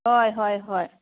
ꯍꯣꯏ ꯍꯣꯏ ꯍꯣꯏ